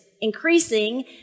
increasing